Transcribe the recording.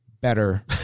better